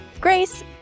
Grace